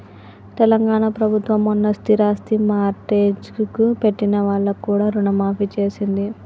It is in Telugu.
తెలంగాణ ప్రభుత్వం మొన్న స్థిరాస్తి మార్ట్గేజ్ పెట్టిన వాళ్లకు కూడా రుణమాఫీ చేసింది